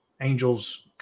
angels